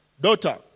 daughter